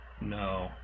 No